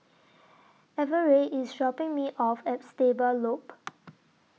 Everette IS dropping Me off At Stable Loop